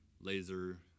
laser